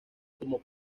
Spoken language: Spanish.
como